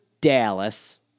Dallas